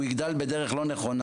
הוא יגדל בדרך לא נכונה,